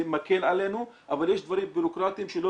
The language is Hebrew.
זה מקל עלינו אבל יש דברים בירוקראטיים שלא